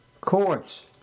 courts